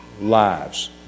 lives